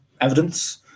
evidence